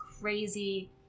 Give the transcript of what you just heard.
crazy